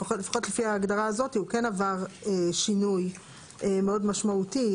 לפחות לפי ההגדרה הזאת הוא כן עבר שינוי מאוד משמעותי.